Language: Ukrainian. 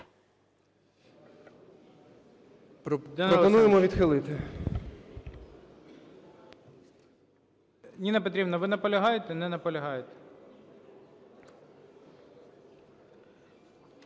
Ніна Петрівна, ви наполягаєте? Не наполягаєте.